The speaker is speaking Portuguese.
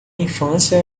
infância